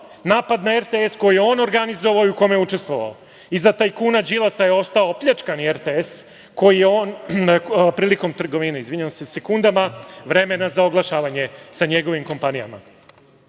napad na RTS koji je on organizovao i u kome je učestvovao. Iza tajkuna Đilasa je ostao opljačkani RTS, prilikom trgovine sa sekundama, vremena za oglašavanje sa njegovim kompanijama. Iza